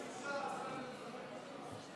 113 נרצחים השנה.